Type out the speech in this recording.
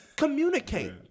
Communicate